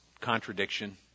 contradiction